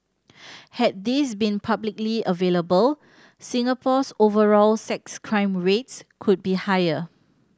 had these been publicly available Singapore's overall sex crime rates could be higher